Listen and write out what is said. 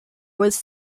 was